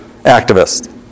activists